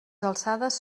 alçades